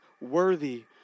worthy